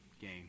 Game